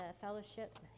fellowship